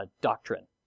doctrine